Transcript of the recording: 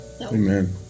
Amen